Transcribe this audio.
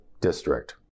district